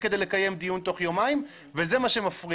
כדי לקיים עליהם דיון תוך יומיים וזה מה שמפריע.